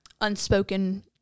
unspoken